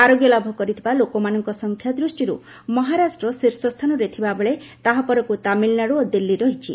ଆରୋଗ୍ୟ ଲାଭ କରିଥିବା ଲୋକମାନଙ୍କ ସଂଖ୍ୟା ଦୃଷ୍ଟିରୁ ମହାରାଷ୍ଟ ଶୀର୍ଷସ୍ଥାନରେ ଥିବାବେଳେ ତାହା ପରକ୍ତ ତାମିଲନାଡ଼ ଓ ଦିଲ୍ଲୀ ରହିଛି